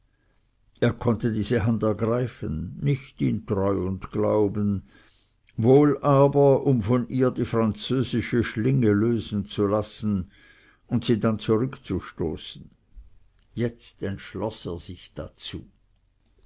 er konnte diese hand ergreifen nicht in treu und glauben wohl aber um von ihr die französische schlinge lösen zu lassen und sie dann zurückzustoßen jetzt entschloß er sich dazu